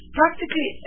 practically